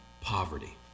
poverty